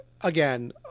again